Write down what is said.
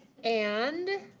and,